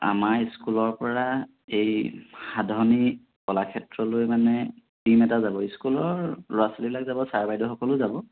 আমাৰ স্কুলৰ পৰা এই সাধনী কলাক্ষেত্ৰলৈ মানে টিম এটা যাব স্কুলৰ ল'ৰা ছোৱালীবিলাক যাব ছাৰ বাইদেউসকলেও যাব